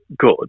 good